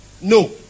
No